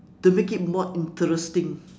to make it more interesting